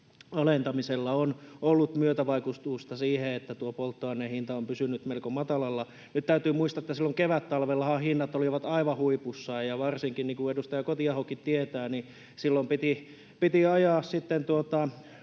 alentamisella on ollut myötävaikutusta siihen, että tuo polttoaineen hinta on pysynyt melko matalalla. Nyt täytyy muistaa, että silloin kevättalvellahan hinnat olivat aivan huipussaan. Ja varsinkin, niin kuin edustaja Kotiahokin tietää, silloin piti ajaa